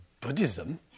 Buddhism